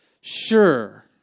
sure